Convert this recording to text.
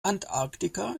antarktika